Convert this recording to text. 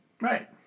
right